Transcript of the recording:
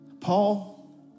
Paul